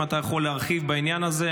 אם אתה יכול להרחיב בעניין הזה,